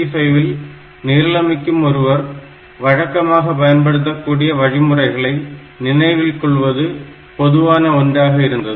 8085 இல் நிரலமைக்கும் ஒருவர் வழக்கமாக பயன்படுத்தக் கூடிய வழிமுறைகளை நினைவில் கொள்வது பொதுவான ஒன்றாக இருந்தது